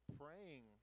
praying